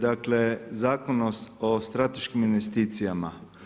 Dakle, Zakon o strateškim investicijama.